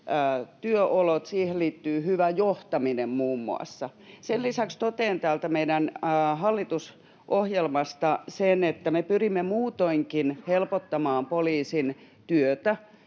työolot, siihen liittyy hyvä johtaminen, muun muassa. Sen lisäksi totean täältä meidän hallitusohjelmastamme sen, että me pyrimme muutoinkin helpottamaan poliisin työtä